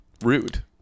rude